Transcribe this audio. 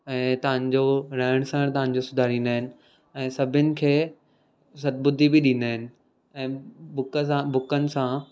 ऐं तव्हांजो रहणु सहणु तव्हांजो सुधारींदा आहिनि ऐं सभिनि खे सद्बुद्धि बि ॾींदा आहिनि ऐं बुक सां बुकनि सां